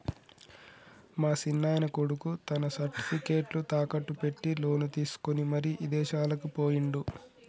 మా సిన్నాయన కొడుకు తన సర్టిఫికేట్లు తాకట్టు పెట్టి లోను తీసుకొని మరి ఇదేశాలకు పోయిండు